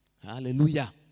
Hallelujah